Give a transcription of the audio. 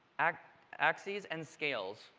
axes axes and scales.